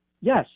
Yes